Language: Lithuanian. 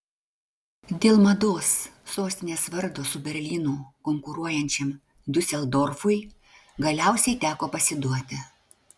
dėl mados sostinės vardo su berlynu konkuruojančiam diuseldorfui galiausiai teko pasiduoti